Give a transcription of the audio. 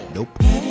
Nope